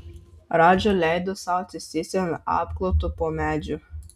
radža leido sau atsisėsti ant apkloto po medžiu